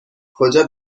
کجا